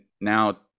now